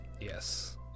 Yes